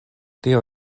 tio